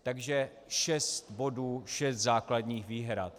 Takže šest bodů, šest základních výhrad.